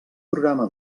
programa